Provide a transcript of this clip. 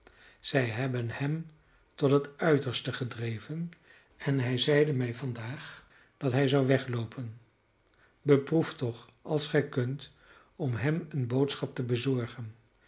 zij hebben hem tot het uiterste gedreven en hij zeide mij vandaag dat hij zou wegloopen beproef toch als gij kunt om hem eene boodschap te bezorgen